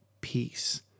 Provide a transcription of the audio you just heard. peace